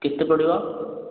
କେତେ ପଡ଼ିବ